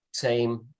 team